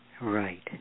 Right